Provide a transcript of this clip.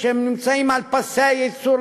שהם נמצאים על פסי הייצור,